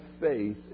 faith